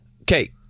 Okay